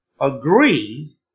agree